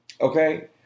Okay